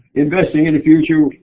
investing in the future.